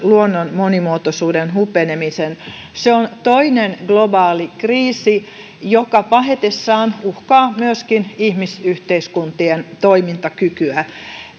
luonnon monimuotoisuuden hupenemisen se on toinen globaali kriisi joka pahetessaan uhkaa myöskin ihmisyhteiskuntien toimintakykyä